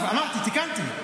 אמרתי, תיקנתי.